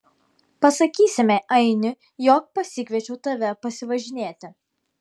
pasakysime ainui jog pasikviečiau tave pasivažinėti